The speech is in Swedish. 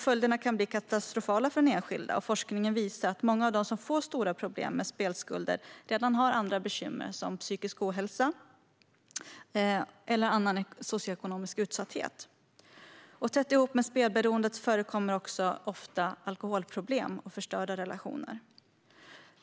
Följderna kan bli katastrofala för den enskilde, och forskningen visar att många av dem som får stora problem med spelskulder redan har andra bekymmer som psykisk ohälsa eller annan socioekonomisk utsatthet. Tätt ihop med spelberoendet förekommer ofta alkoholproblem och förstörda relationer.